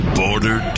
border